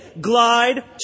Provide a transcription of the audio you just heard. glide